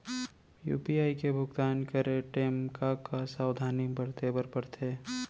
UPI ले भुगतान करे टेम का का सावधानी बरते बर परथे